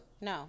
No